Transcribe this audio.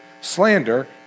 slander